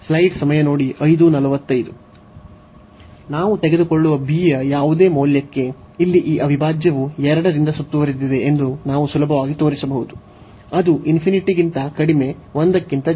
ನಾವು ತೆಗೆದುಕೊಳ್ಳುವ b ಯ ಯಾವುದೇ ಮೌಲ್ಯಕ್ಕೆ ಇಲ್ಲಿ ಈ ಅವಿಭಾಜ್ಯವು 2 ರಿಂದ ಸುತ್ತುವರೆದಿದೆ ಎಂದು ನಾವು ಸುಲಭವಾಗಿ ತೋರಿಸಬಹುದು ಅದು ಗಿಂತ ಕಡಿಮೆ 1 ಕ್ಕಿಂತ ಜಾಸ್ತಿ